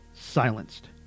silenced